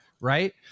right